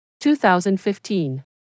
2015